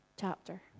chapter